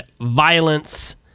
violence